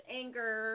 anger